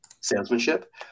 salesmanship